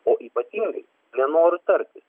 o ypatingai nenoru tartis